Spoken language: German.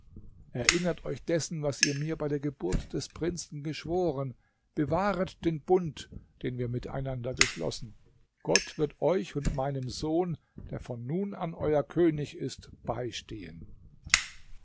erinnert euch dessen was ihr mir bei der geburt des prinzen geschworen bewahret den bund den wir miteinander geschlossen gott wird euch und meinem sohn der von nun an euer könig ist beistehen